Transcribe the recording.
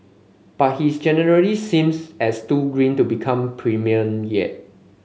but he's generally seems as too green to become premier yet